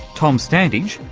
tom standage,